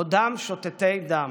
עודם שותתי דם.